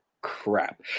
crap